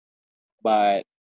but